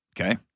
Okay